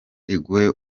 iguhe